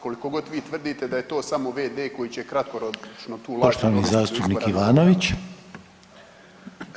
Koliko god vi tvrdite da je to samo v.d. koji će kratkoročno tu